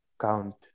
count